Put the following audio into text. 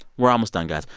we're almost done, guys.